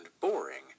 boring